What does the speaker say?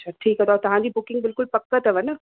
अच्छा ठीकु आहे त तव्हांजी बुकिंग पक अथव न